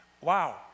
Wow